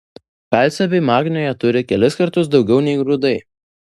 kalcio bei magnio jie turi kelis kartus daugiau nei grūdai